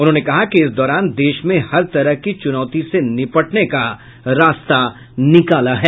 उन्होंने कहा कि इस दौरान देश में हर तरह की चूनौती से निपटने का रास्ता निकाला है